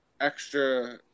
extra